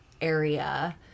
area